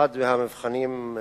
אחד מהמבחנים,